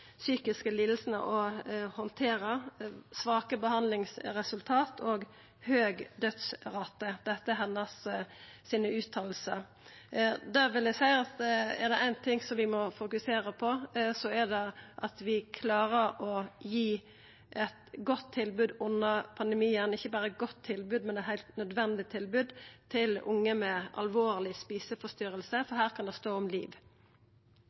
psykiske lidingane å handtera – svake behandlingsresultat og høg dødsrate. Dette er hennar utsegn. Eg vil seia at er det éin ting vi må fokusera på, er det at vi klarar å gi eit godt tilbod under pandemien, ikkje berre eit godt tilbod, men eit heilt nødvendig tilbod til unge med alvorlege spiseforstyrringar, for her kan det stå om liv.